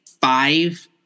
five –